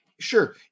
Sure